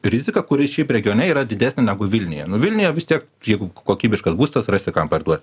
rizika kuri šiaip regione yra didesnė negu vilniuje nu vilniuje vis tiek jeigu kokybiškas būstas rasi kam parduot